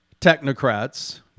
technocrats